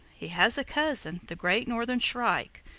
he has a cousin, the great northern shrike,